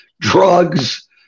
Drugs